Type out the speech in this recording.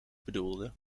bedoelde